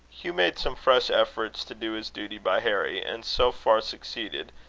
hugh made some fresh efforts to do his duty by harry, and so far succeeded,